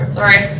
Sorry